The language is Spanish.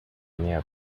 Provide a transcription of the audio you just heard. miedo